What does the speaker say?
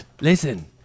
Listen